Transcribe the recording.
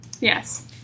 yes